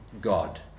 God